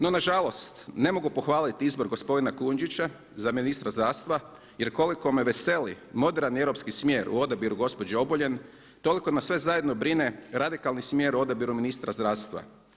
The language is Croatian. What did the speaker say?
No nažalost, ne mogu pohvaliti izbor gospodina Kujundžića za ministra zdravstva jer koliko me veseli moderan europski smjer u odabiru gospođe Obuljen toliko me sve zajedno brine radikalni smjer u odabiru ministra zdravstva.